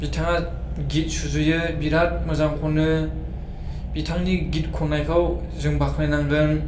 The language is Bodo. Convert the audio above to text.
बिथाङा गित सुजुयो बिराद मोजां खनो बिथांनि गित खननायखौ जों बाख्नाय नांगोन